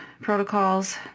protocols